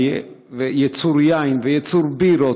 ייצור יין וייצור בירות.